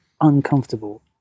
uncomfortable